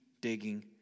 digging